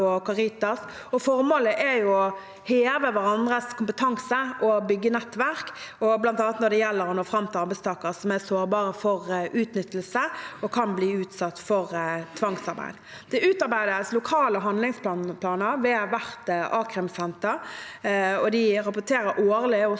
formålet er å heve hverandres kompetanse og bygge nettverk, også bl.a. når det gjelder å nå fram til arbeidstakere som er sårbare for utnyttelse og kan bli utsatt for tvangsarbeid. Det utarbeides lokale handlingsplaner ved hvert akrimsenter, og det rapporteres årlig også